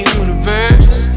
universe